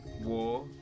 war